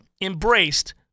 embraced